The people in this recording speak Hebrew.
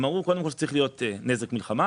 הם אמרו שקודם כול שצריך להיות נזק מלחמה.